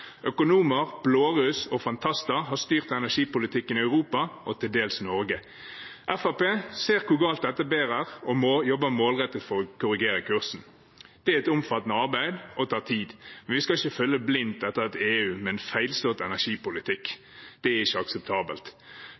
Økonomer, blåruss og fantaster har styrt energipolitikken i Europa og til dels i Norge. Fremskrittspartiet ser hvor galt dette bærer av sted og jobber målrettet for å korrigere kursen. Det er et omfattende arbeid og tar tid, men vi skal ikke følge blindt etter et EU med en feilslått energipolitikk. Det er ikke akseptabelt.